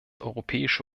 europäische